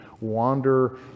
wander